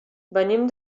venim